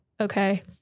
Okay